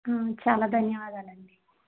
చాలా ధన్యవాదాలండి